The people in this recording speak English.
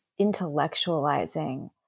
intellectualizing